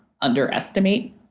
underestimate